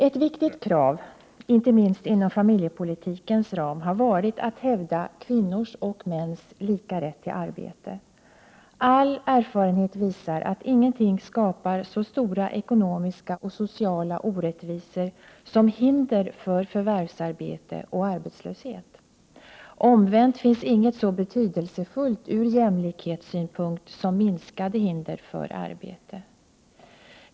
Ett viktigt krav, inte minst inom familjepolitikens ram, har varit att hävda kvinnors och mäns lika rätt till arbete. All erfarenhet visar att ingenting skapar så stora ekonomiska och sociala orättvisor som hinder för förvärvsarbete och arbetslöshet. Omvänt finns inget så betydelsefullt ur jämlikhetssynpunkt som minskade hinder för arbete.